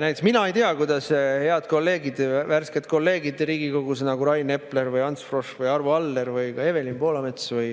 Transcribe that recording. Näiteks mina ei tea, kuidas head kolleegid, värsked kolleegid Riigikogus, nagu Rain Epler või Ants Frosch või Arvo Aller või ka Evelin Poolamets või